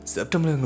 September